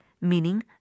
meaning